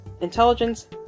Intelligence